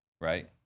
right